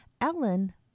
Ellen